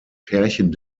pärchen